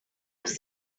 was